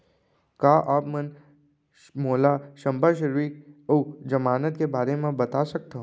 का आप मन मोला संपार्श्र्विक अऊ जमानत के बारे म बता सकथव?